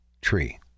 tree